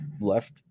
left